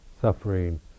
suffering